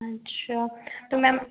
अच्छा तो मैम